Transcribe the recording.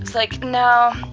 it's like, no,